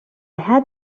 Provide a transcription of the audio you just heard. had